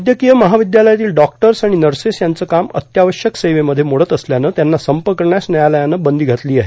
वैद्यकीय महाविद्यालयातील डॉक्टर्स आणि नर्सेस यांचं काम अत्यावश्यक सेवेमध्ये मोडत असल्यानं त्यांना संप करण्यास न्यायालयानं बंदी घातलेली आहे